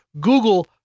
Google